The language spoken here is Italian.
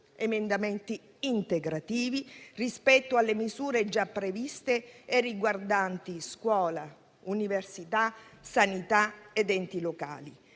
d'Italia, integrativi rispetto alle misure già previste e riguardanti scuola, università, sanità ed enti locali,